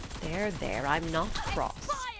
there, there, i'm not cross,